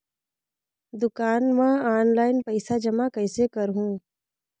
दुकान म ऑनलाइन पइसा जमा कइसे करहु?